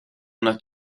una